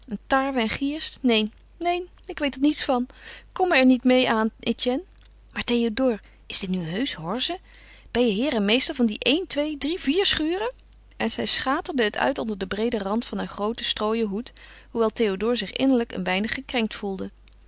tarwe en gierst neen neen ik weet er niets van kom me er niet meê aan etienne maar théodore is dit nu heusch horze ben je heer en meester van die een twee drie vier schuren en zij schaterde het uit onder den breeden rand van haar grooten strooien hoed hoewel théodore zich innerlijk een weinig gekrenkt voelde